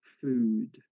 food